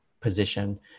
position